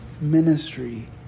ministry